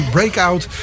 Breakout